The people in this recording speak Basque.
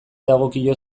dagokio